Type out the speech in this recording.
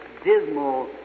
dismal